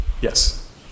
Yes